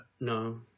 No